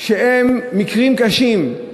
מקרים קשים,